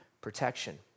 protection